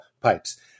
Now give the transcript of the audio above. pipes